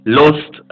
lost